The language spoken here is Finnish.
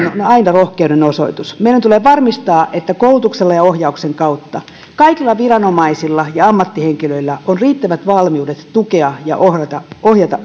aina rohkeuden osoitus meidän tulee varmistaa että koulutuksen ja ohjauksen kautta kaikilla viranomaisilla ja ammattihenkilöillä on riittävät valmiudet tukea ja ohjata ohjata